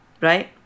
right